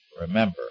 Remember